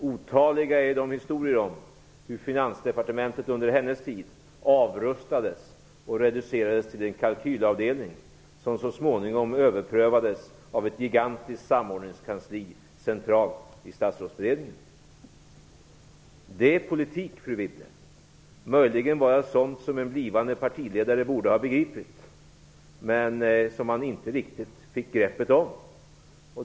Otaliga är historierna om hur Finansdepartementet under hennes tid avrustades och reducerades till en kalkylavdelning, som så småningom överprövades av ett gigantiskt samordningskansli centralt i Statsrådsberedningen. Det är politik, fru Wibble! Och det är möjligen sådant som en blivande partiledare borde ha begripit men som man inte riktigt fick grepp om.